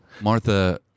Martha